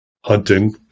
hunting